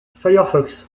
firefox